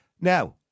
Now